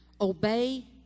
obey